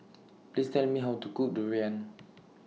Please Tell Me How to Cook Durian